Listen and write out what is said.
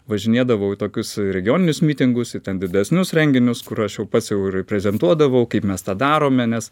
važinėdavau į tokius regioninius mitingus ir ten didesnius renginius kur aš jau pats jau ir prezentuodavau kaip mes tą darome nes